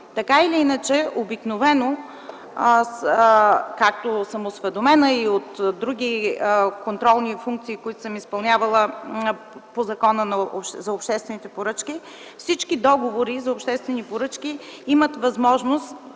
статистика по този въпрос. Както съм осведомена и от други контролни функции, които съм изпълнявала по Закона за обществените поръчки, всички договори за обществени поръчки имат възможност